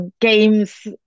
games